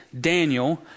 Daniel